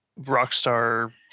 Rockstar